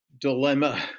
dilemma